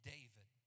David